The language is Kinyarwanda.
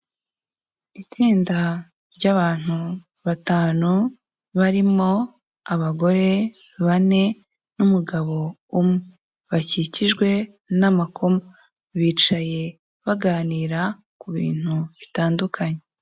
Itsinda ry'abantu batanu barimo abagore bane n'umugabo bakikijwe n'amakoma bicaye baganira ku bintu bitandukanye.